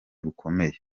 bukomeye